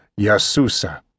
Yasusa